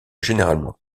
généralement